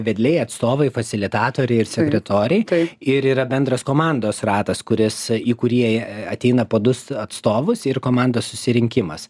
vedliai atstovai fasilitatoriai ir sekretoriai ir yra bendras komandos ratas kuris į kurį e ateina po du atstovus ir komandos susirinkimas